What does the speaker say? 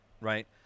right